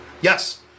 Yes